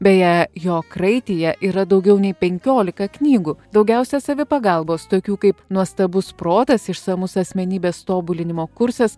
beje jo kraityje yra daugiau nei penkiolika knygų daugiausia savipagalbos tokių kaip nuostabus protas išsamus asmenybės tobulinimo kursas